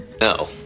No